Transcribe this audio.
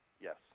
Yes